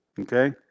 Okay